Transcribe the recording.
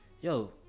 yo